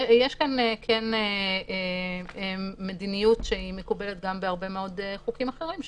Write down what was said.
כן יש כאן מדיניות שהיא מקובלת בהרבה מאוד חוקים אחרים,